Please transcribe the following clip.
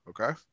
Okay